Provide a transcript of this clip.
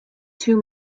too